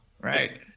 right